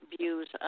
views